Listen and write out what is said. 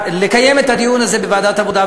לקיים את הדיון הזה בוועדת העבודה,